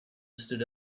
stood